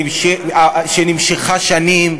שנמשכה שנים,